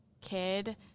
kid